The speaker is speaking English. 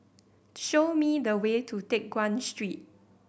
show me the way to Teck Guan Street